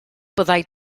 byddai